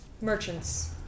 merchants